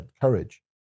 courage